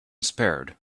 spared